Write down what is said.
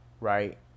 right